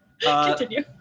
Continue